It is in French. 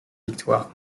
victoires